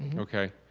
and okay?